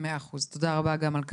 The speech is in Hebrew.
מאה אחוז, תודה רבה גם על כך.